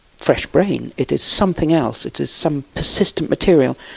fresh brain, it is something else, it is some persistent material.